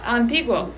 antiguo